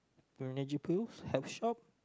Energy Pills health shop